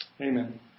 Amen